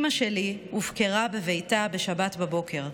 אימא שלי הופקרה בביתה בשבת בבוקר.